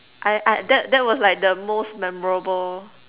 I I that that was like the most memorable